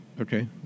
Okay